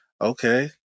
Okay